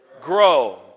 Grow